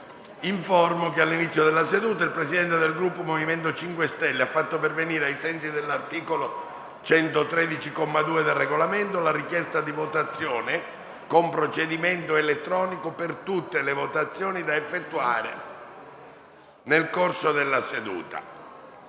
che all'inizio della seduta il Presidente del Gruppo MoVimento 5 Stelle ha fatto pervenire, ai sensi dell'articolo 113, comma 2, del Regolamento, la richiesta di votazione con procedimento elettronico per tutte le votazioni da effettuare nel corso della seduta.